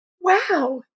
wow